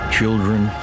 Children